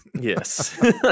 Yes